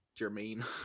Jermaine